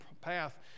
path